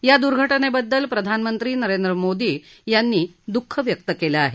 या दुर्घटनेबद्दल प्रधानमंत्री नरेंद्र मोदी यांनी दुःख व्यक्त केलं आहे